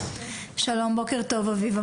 בוקר טוב אביבה,